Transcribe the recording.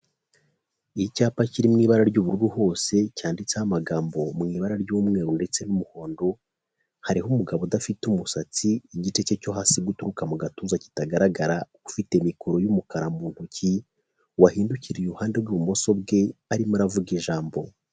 Icyapa kiri mu ibara ry'ubururu hose, cyanditseho amagambo mu ibara ry'umweru ndetse n'umuhondo, hariho umugabo udafite umusatsi igice cye cyo hasi guturuka mu gatuza kitagaragara, ufite mikoro y'umukara mu ntoki wahindukiriye iruhande rw'ibumoso bwe arimo aravuga ijambo.